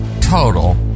total